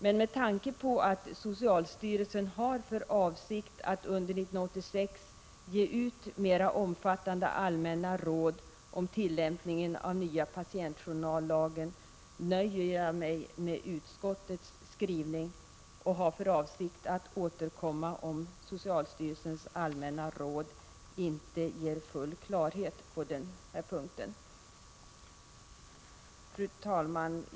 Med tanke på att socialstyrelsen har för avsikt att under 1986 ge ut mera omfattande allmänna råd om tillämpningen av nya patientjournallagen, nöjer jag mig med utskottets skrivning. Jag har för avsikt att återkomma, om socialstyrelsens allmänna råd inte ger full klarhet på den här punkten. Fru talman!